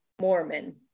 Mormon